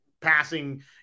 passing